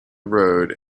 road